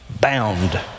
bound